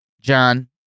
John